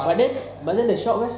but then but then the shop eh